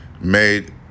made